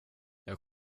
jag